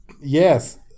Yes